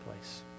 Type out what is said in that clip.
place